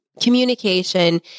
communication